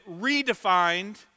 redefined